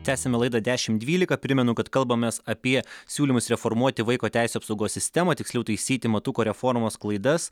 tęsiame laidą dešimt dvylika primenu kad kalbamės apie siūlymus reformuoti vaiko teisių apsaugos sistemą tiksliau taisyti matuko reformos klaidas